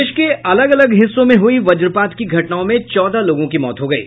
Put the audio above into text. प्रदेश के अलग अलग हिस्सों में हुयी वजपात की घटनाओं में चौदह लोगों की मौत हो गयी